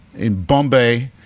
in bombay,